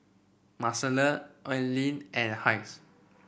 Marcela Aileen and Hays